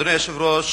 אדוני היושב-ראש,